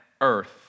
Earth